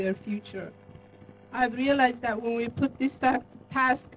their future i realize that when we put this past